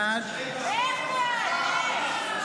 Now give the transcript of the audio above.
בעד איך בעד?